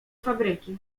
fabryki